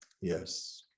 yes